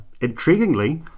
intriguingly